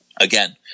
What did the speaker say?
Again